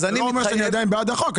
זה עדיין לא אומר שאני בעד החוק.